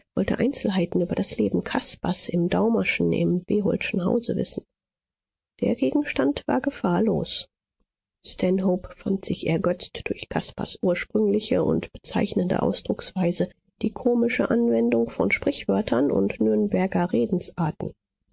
wollte einzelheiten über das leben caspars im daumerschen im beholdschen hause wissen der gegenstand war gefahrlos stanhope fand sich ergötzt durch caspars ursprüngliche und bezeichnende ausdrucksweise die komische anwendung von sprichwörtern und nürnberger redensarten